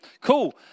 cool